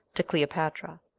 to cleopatra.